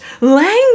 language